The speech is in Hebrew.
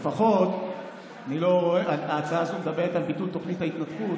--- פעמיים --- לפחות ההצעה הזאת מדברת על ביטול תוכנית ההתנתקות